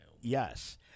Yes